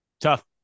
Tough